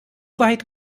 weit